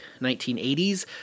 1980s